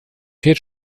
fährt